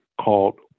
called